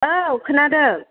औ खोनादों